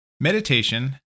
Meditation